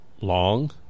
long